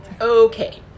okay